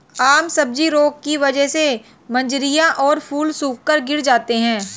आम सब्जी रोग की वजह से मंजरियां और फूल सूखकर गिर जाते हैं